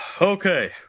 okay